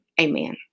Amen